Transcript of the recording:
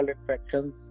infections